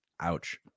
Ouch